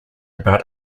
about